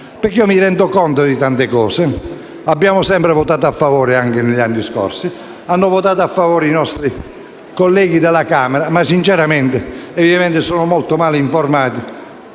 perché ci rendiamo conto di tante questioni. Abbiamo sempre votato a favore, anche negli anni scorsi. Hanno votato a favore i nostri colleghi della Camera, ma evidentemente sono molto male informati